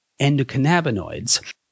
Endocannabinoids